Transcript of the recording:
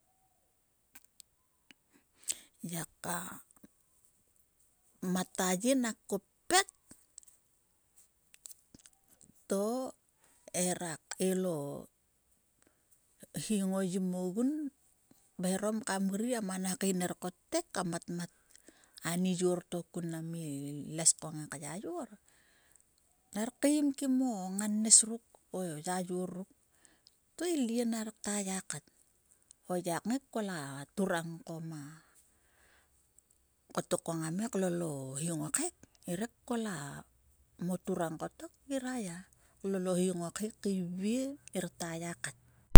Ngiaka mat a ye nak koppet to hera ell o hi ngo yim ogun kaeharom kamgri a mana kain nak kottek kam matmat ani yor to kun mnam i les ko ngak yayor. Ner keim kim o ngannes ruk o yayor ruk to i lyie ner kta ya kat ko yi kol a turang ko ngomo ngai klol o hi ngo khek ngire kol a moturang kotok to ngira ya klol o hi ngo khek to kta ya kat.